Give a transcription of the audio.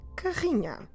carrinha